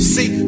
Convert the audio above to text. See